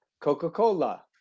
coca-cola